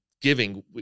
giving